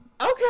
Okay